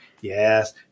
Yes